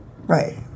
Right